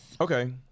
Okay